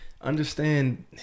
understand